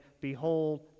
Behold